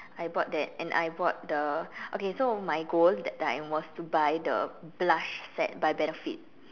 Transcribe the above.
I bought that and I bought the okay so my goal that time was to buy the blush set by benefit